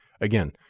again